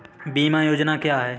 बीमा योजना क्या है?